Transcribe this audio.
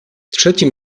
trzecim